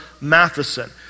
Matheson